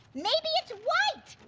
maybe it's white.